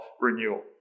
renewal